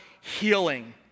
healing